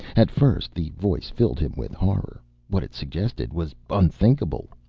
at first, the voice filled him with horror what it suggested was unthinkable.